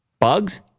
bugs